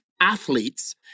athletes